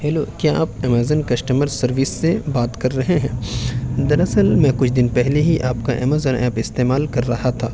hello کیا آپ Amazon customer service سے بات کر رہے ہیں دراصل میں کچھ دن پہلے ہی آپ کا امیزون ایپ استعمال کر رہا تھا